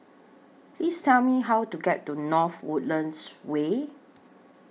Please Tell Me How to get to North Woodlands Way